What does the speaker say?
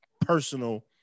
personal